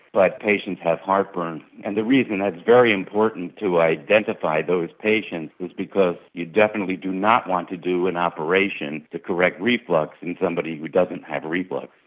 but patients have heartburn, and the reason it's ah very important to identify those patients is because you definitely do not want to do an operation to correct reflux in somebody who doesn't have reflux.